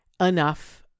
enough